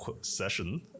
session